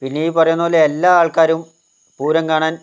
പിന്നേ ഈ പറയുന്ന പോലെ എല്ലാ ആൾക്കാരും പൂരം കാണാൻ